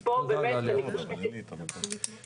אז פה באמת אני באמת חושבת,